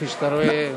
כפי שאתה רואה,